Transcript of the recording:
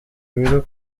biro